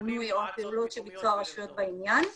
המינוי או הפעילות שביצעו הרשויות בעניין.